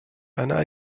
eine